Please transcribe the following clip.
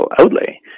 outlay